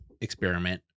experiment